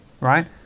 right